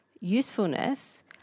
usefulness